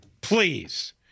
please